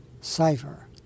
Cipher